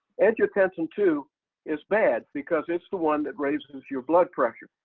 angiotensin two is bad because it's the one that raises your blood pressure.